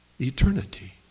Eternity